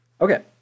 Okay